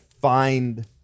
find